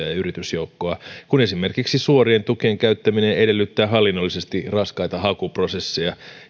ja ja yritysjoukkoa kun esimerkiksi suorien tukien käyttäminen edellyttää hallinnollisesti raskaita hakuprosesseja